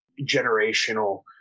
generational